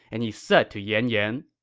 and he said to yan yan,